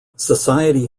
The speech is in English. society